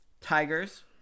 Tigers